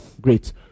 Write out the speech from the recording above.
Great